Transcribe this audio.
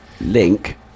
link